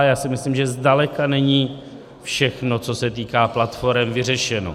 Já si myslím, že zdaleka není všechno, co se týká platforem, vyřešeno.